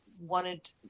wanted